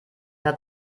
hat